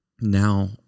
now